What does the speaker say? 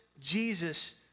Jesus